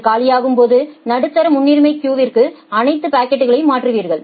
அது காலியாகும்போது நடுத்தர முன்னுரிமை கியூவிற்கு அனைத்து பாக்கெட்களையும் மாற்றுவீர்கள்